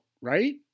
right